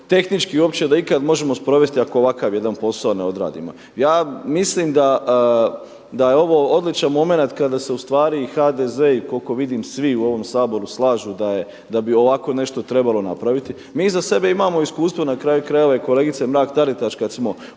tehnički uopće da ikad možemo sprovesti ako ovakav jedan posao ne odradimo. Ja mislim da je ovo odličan momenat kada se ustvari i HDZ i koliko vidim svi u ovom Saboru slažu da bi ovako nešto trebalo napraviti. Mi iza sebe imamo iskustvo na kraju krajeva i kolegice Mrak TAritaš kada smo u